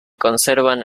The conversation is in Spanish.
conservan